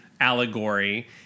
allegory